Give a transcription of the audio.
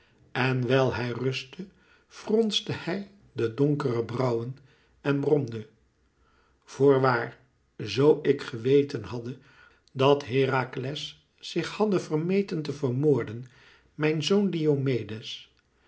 en wijl hij rustte fronste hij de donkere brauwen en bromde voorwaar zoo ik geweten hadde dat herakles zich hadde vermeten te vermoorden mijn zoon diomedes